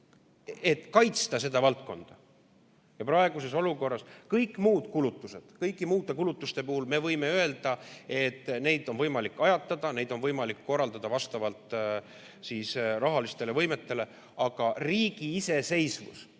et kaitsta seda valdkonda. Praeguses olukorras me võime kõigi muude kulutuste puhul öelda, et neid on võimalik ajatada, neid on võimalik korraldada vastavalt rahalistele võimetele, aga riigi iseseisvus,